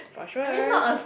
for sure